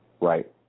Right